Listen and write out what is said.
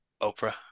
Oprah